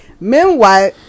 meanwhile